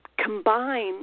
Combine